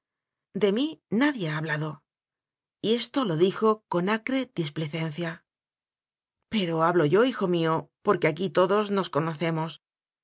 de mí nadie ha hablado y esto lo dijo con acre displicencia pero hablo yo hijo mío porque aqúi todos nos conocemos